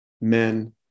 men